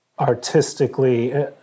artistically